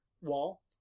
wall